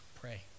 pray